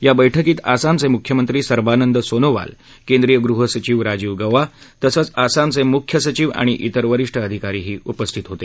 या बैठकीत आसामचे मुख्यमंत्री सर्बानंद सोनोवाल केंद्रीय गृहसचिव राजीव गौवा तसंच आसामचे मुख्य सचिव आणि त्तिर वरिष्ठ अधिकारी उपस्थित होते